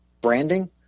branding